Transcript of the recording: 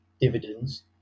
dividends